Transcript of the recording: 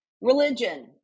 religion